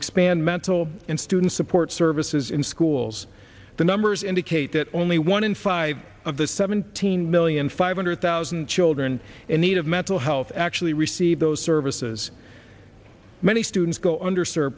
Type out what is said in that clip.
expand mental and student support services in schools the numbers indicate that only one in five of the seventeen million five hundred thousand children in need of mental health actually receive those services many students go under sir